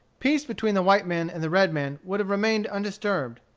peace between the white man and the red man would have remained undisturbed.